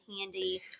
handy